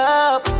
up